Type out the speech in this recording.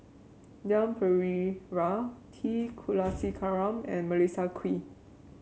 Leon Perera T Kulasekaram and Melissa Kwee